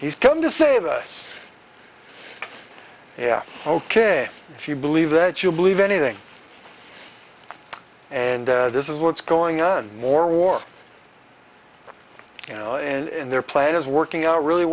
he's come to save us yeah ok if you believe that you believe anything and this is what's going on more war you know in their plan is working out really